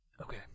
Okay